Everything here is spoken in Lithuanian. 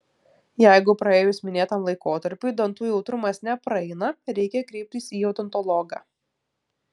jeigu praėjus minėtam laikotarpiui dantų jautrumas nepraeina reikia kreiptis į odontologą